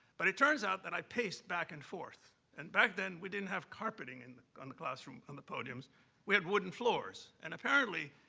but it turns out that i pace back and forth, and back then we didn't have carpeting and on the classroom, on the podiums we had wooden floors. and apparently,